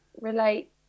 relate